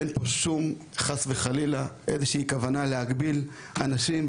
אין פה חס וחלילה שום כוונה להגביל אנשים,